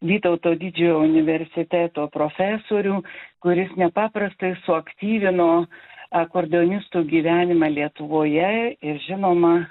vytauto didžiojo universiteto profesorių kuris nepaprastai suaktyvino akordeonistų gyvenimą lietuvoje ir žinoma